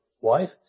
wife